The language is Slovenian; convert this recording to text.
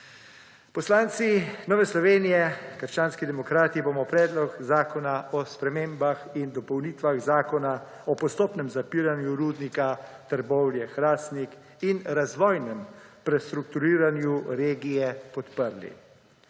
Poslanci Nove Slovenije – krščanskih demokratov bomo Predlog zakona o spremembah in dopolnitvah Zakona o postopnem zapiranju Rudnika Trbovlje-Hrastnik in razvojnem prestrukturiranju regije podprli.